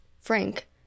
frank